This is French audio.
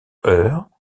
eure